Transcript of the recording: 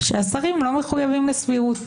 שהשרים לא מחויבים לסבירות.